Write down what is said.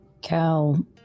Cal